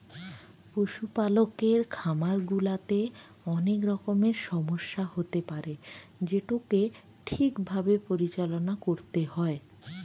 পশুপালকের খামার গুলাতে অনেক রকমের সমস্যা হতে পারে যেটোকে ঠিক ভাবে পরিচালনা করতে হয়